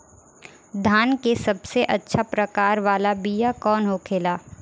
धान के सबसे अच्छा प्रकार वाला बीया कौन होखेला?